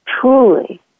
truly